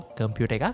computer